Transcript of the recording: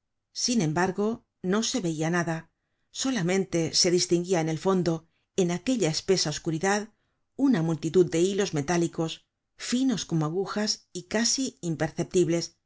sin embargo no se veia nada solamente se distinguia en el fondo en aquella espesa oscuridad una multitud de hilos metálicos finos como agujas y casi imperceptibles